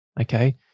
Okay